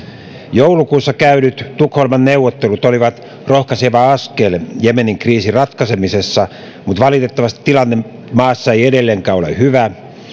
joulukuussa käydyt tukholman neuvottelut olivat rohkaiseva askel jemenin kriisin ratkaisemisessa mutta valitettavasti tilanne maassa ei edelleenkään ole hyvä